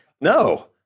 No